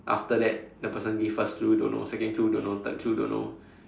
after that the person give first clue don't know second clue don't know third clue don't know